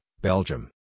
Belgium